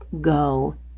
go